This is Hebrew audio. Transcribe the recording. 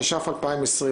התש"ף 2020,